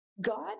God